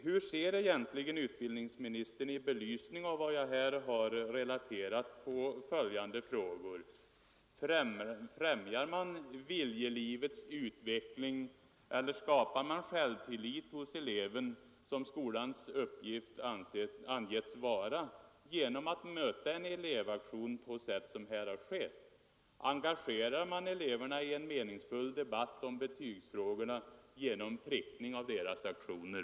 Hur ser egentligen utbildningsministern i belysning av vad jag här har relaterat på följande förhållanden: Främjar man ”viljelivets utveckling” eller skapar man ” självtillit hos eleven”, som skolans uppgift angivits vara, genom att möta en elevaktion på sätt som här har skett? Engagerar man eleverna i en meningsfull debatt om betygsfrågorna genom prickning av deras aktioner?